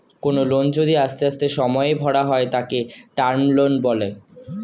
কোনো লোন যদি আস্তে আস্তে সময়ে ভরা হয় তাকে টার্ম লোন বলে